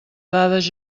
dades